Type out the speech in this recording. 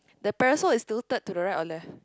the parasol is two third to the right or left